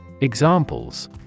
Examples